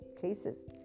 cases